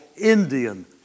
Indian